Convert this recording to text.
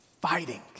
fighting